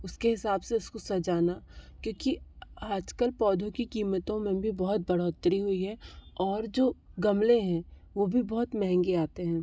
उसके हिसाब से उसको सजाना क्योंकि आज कल पौधों की कीमतों में भी बहुत बढ़ोतरी हुई है और जो गमले है वो भी बहुत महेंगे आते हैं